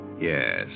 Yes